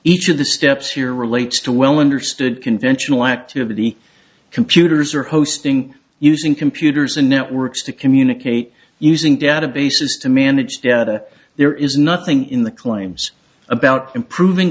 each of the steps here relates to well understood conventional activity computers are hosting using computers and networks to communicate using databases to manage there is nothing in the claims about improving